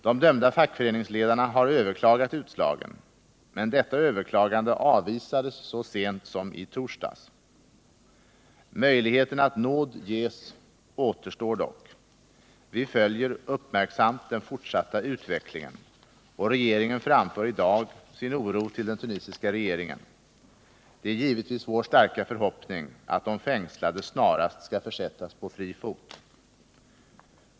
De dömda fackföreningsledarna har överklagat utslagen, men detta överklagande avvisades så sent som i torsdags. Möjligheten att nåd ges återstår dock. Vi följer uppmärksamt den fortsatta utvecklingen, och regeringen framför i dag sin oro till den tunisiska regeringen. Det är givetvis vår starka förhoppning att de fängslade snarast skall försättas på fri fot.